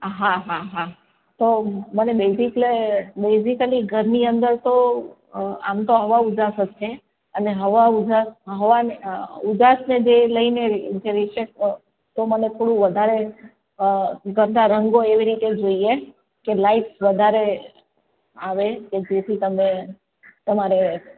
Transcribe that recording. હા હા હા તો મને બેસિક બેસિકલી ઘરની અંદર તો આમ તો હવા ઉજાસ જ છે અને હવા ઉજાસ હોવાને ઉજાસને જે લઈને તો મને થોડું વધારે ઘરના રંગો એવી રીતે જોઈએ કે લાઇટ વધારે આવે કે જેથી તમે તમારે